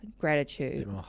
gratitude